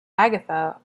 agatha